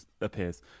appears